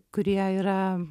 kurie yra